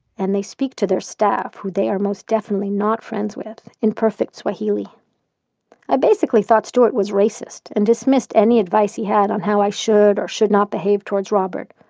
and speak to their staff who they are most definitely not friends with in perfect swahili i basically thought stuart was racist, and dismissed any advice he had on how i should or should not behave towards robert.